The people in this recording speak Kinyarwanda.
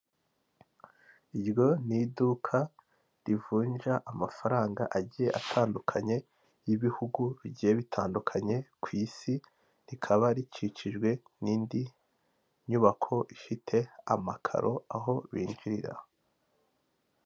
Iryo ni iduka rivunja amafaranga agiye atandukanye y'ibihugu bigiye bitandukanye ku isi rikaba rikikijwe n'indi nyubako ifite amakaro aho binjirira.